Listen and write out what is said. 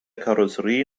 karosserie